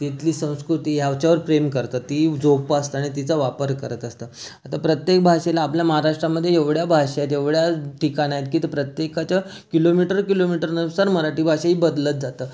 तिथली संस्कृती ह्याच्यावर प्रेम करतात ती जोपासता आणि तिचा वापर करत असतात आता प्रत्येक भाषेला आपल्या महाराष्ट्रामध्ये एवढ्या भाषा आहेत एवढ्या ठिकाणं आहेत की तो प्रत्येकाच्या किलोमीटर किलोमीटरनुसार मराठी भाषा ही बदलत जातं